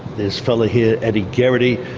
this fellow here, eddie geraghty,